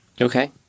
Okay